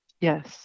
Yes